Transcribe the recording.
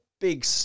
big